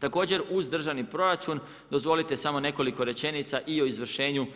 Također uz državni proračun dozvolite samo nekoliko rečenica i o izvršenju